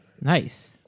Nice